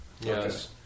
Yes